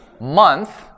month